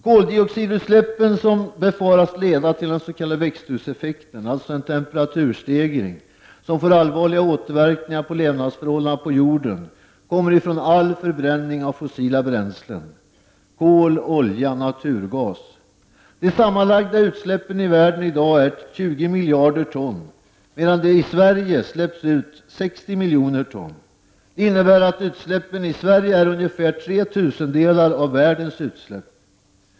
Koldioxidutsläppen, som befaras leda till den s.k. växthuseffekten — alltså en temperaturstegring — och som får allvarliga återverkningar på levnadsförhållandena på jorden, följer på all förbränning av fossila bränslen: kol, olja och naturgas. De sammanlagda utsläppen i världen i dag är 20 miljarder ton, medan det i Sverige släpps ut 60 miljoner ton. Det innebär att utsläppen i Sverige är ungefär tre tusendelar av världens utsläpp.